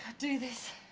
do this.